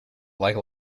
like